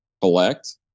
collect